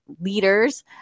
leaders